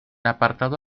apartado